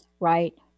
right